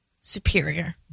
superior